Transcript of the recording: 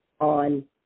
on